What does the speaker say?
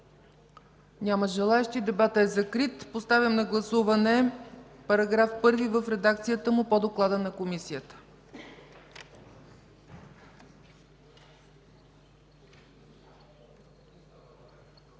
Няма желаещи. Дебатът е закрит. Поставям на гласуване § 1 в редакцията му по доклада на Комисията.